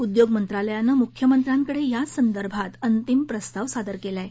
उद्योग मंत्रालयानं मुख्यमंत्र्यांकडव्रासंदर्भात अंतिम प्रस्ताव सादर क्लि आह